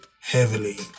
heavily